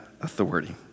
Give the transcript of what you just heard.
authority